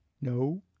No